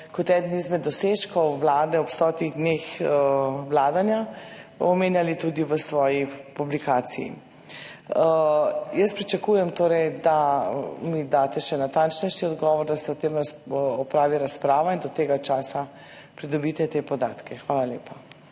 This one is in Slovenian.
kot enega izmed dosežkov vlade ob stotih dneh vladanja omenjali tudi v svoji publikaciji. Jaz pričakujem torej, da mi date še natančnejši odgovor, da se o tem opravi razprava in do tega časa pridobite te podatke. Hvala lepa.